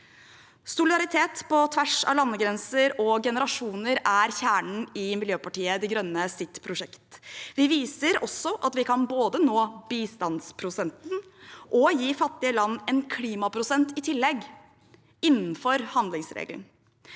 Solidaritet på tvers av landegrenser og generasjoner er kjernen i Miljøpartiet De Grønnes prosjekt. Vi viser også at vi kan nå bistandsprosenten og gi fattige land en klimaprosent i tillegg, innenfor handlingsregelen.